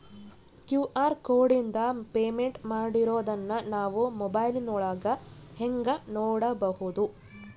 QR ಕೋಡಿಂದ payment ಮಾಡಿರೋದನ್ನ ನಾವು ಮೊಬೈಲಿನೊಳಗ ಹೆಂಗ ನೋಡಬಹುದು?